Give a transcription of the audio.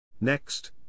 Next